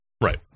right